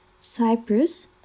Cyprus